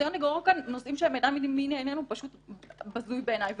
הניסיון לגרור לכאן נושאים שהם אינם ממין העניין הוא בזוי בעיניי.